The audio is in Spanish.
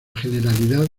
generalidad